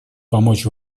помочь